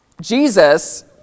Jesus